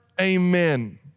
Amen